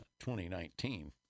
2019